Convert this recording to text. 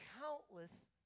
countless